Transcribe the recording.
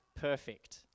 perfect